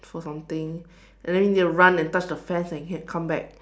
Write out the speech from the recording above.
for something and then need to run and touch the fence and come back